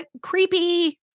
Creepy